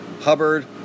Hubbard